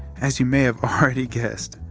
as you may have already guessed,